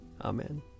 Amen